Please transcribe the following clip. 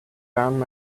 found